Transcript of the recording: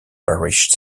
parish